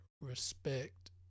respect